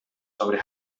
sobre